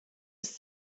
ist